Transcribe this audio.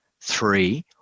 Three